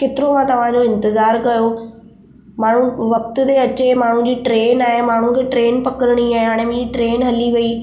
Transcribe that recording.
केतिरो मां तव्हांजो इंतज़ारु कयो माण्हू वक़्त ते अचे माण्हुनि जी ट्रेन आहे माण्हुनि खे ट्रेन पकिड़िणी आहे हाणे मुंहिंजी ट्रेन हली वई